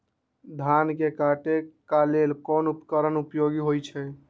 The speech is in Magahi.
धान के काटे का ला कोंन उपकरण के उपयोग होइ छइ?